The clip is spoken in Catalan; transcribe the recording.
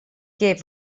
què